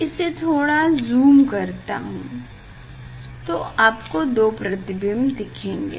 इसे थोड़ा ज़ूम करता हूँ तो आपको 2 प्रतिबिंब दिखेंगे